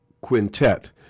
quintet